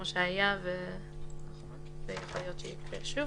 כמו שהיה ויכול להיות שיקרה שוב.